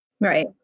right